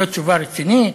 זו תשובה רצינית?